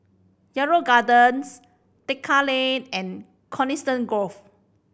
Yarrow Gardens Tekka Lane and Coniston Grove